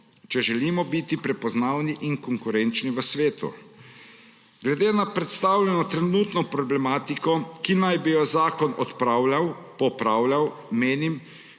če želimo biti prepoznavni in konkurenčni v svetu. Glede na predstavljeno trenutno problematiko, ki naj bi jo zakon odpravljal, popravljal, menim,